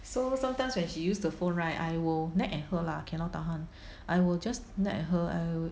so sometimes when she use the phone right I will nag at her lah cannot tahan I will just nag at her I